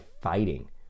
fighting